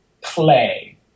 play